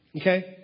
Okay